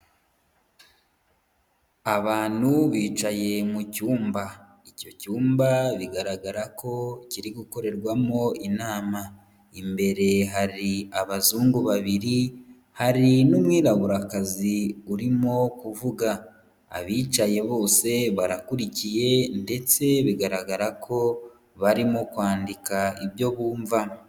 Abantu bicaye mu cyumba, icyo cyumba bigaragara ko kiri gukorerwamo inama, imbere hari abazungu babiri hari n'umwiraburakazi urimo kuvuga, abicaye bose barakurikiye ndetse bigaragara ko barimo kwandika ibyo bumva.